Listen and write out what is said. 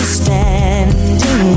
standing